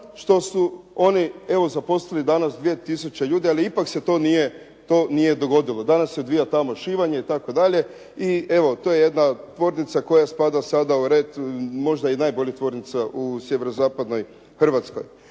što su oni evo zaposlili danas 2 tisuće ljudi. Ali ipak se nije to dogodilo. Danas se tamo odvija šivanje itd. i evo to je jedna tvornica koja spada sada u red možda i najboljih tvornica u sjeverozapadnoj Hrvatskoj.